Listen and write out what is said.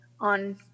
on